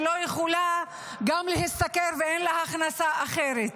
שלא יכולה גם להשתכר ואין לה הכנסה אחרת.